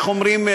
איך אומרים,